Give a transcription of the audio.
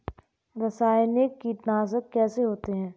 रासायनिक कीटनाशक कैसे होते हैं?